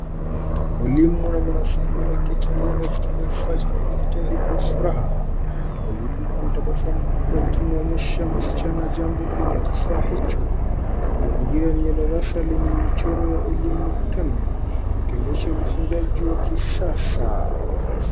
Mwalimu na mwanafunzi wameketi mezani wakitumia kifaa cha kidigitali kwa furaha. Mwalimu anatabasamu huku akimwonyesha msichana jambo kwenye kifaa hicho. Mazingira ni ya darasa lenye michoro ya elimu ukutani, yakionyesha ujifunzaji wa kisasa.